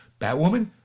Batwoman